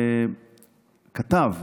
כתב,